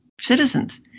citizens